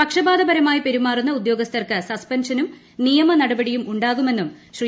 പക്ഷപാതപരമായി പെരുമാറുന്ന ഉദ്യോഗസ്ഥർക്ക് സസ്പെൻഷനും നിയമ നടപടിയും ഉണ്ടാകുമെന്നും ശ്രീ